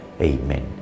Amen